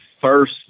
first